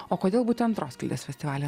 o kodėl būtent roskildės festivalyje